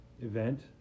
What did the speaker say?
event